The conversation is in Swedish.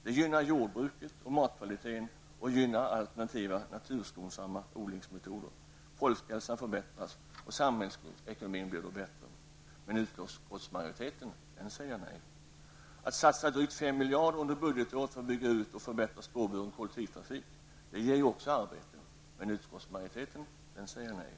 Det gynnar jordbruket och matkvaliteten och gynnar alternativa naturskonsamma odlingsmetoder. Folkhälsan förbättras. Samhällsekonomin blir bättre. Men utskottsmajoriteten säger nej. 4. att satsa dryga 5 miljarder kronor under budgetåret för att bygga ut och förbättra spårburen kollektivtrafik. Det ger ju också arbete. Men utskottsmajoriteten säger nej.